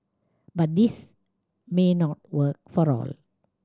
but this may not work for all